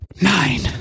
Nine